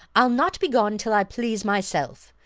i'll not be gone till i please myself.